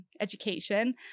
education